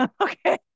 Okay